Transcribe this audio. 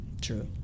True